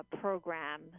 program